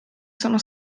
sono